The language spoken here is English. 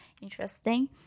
interesting